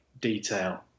detail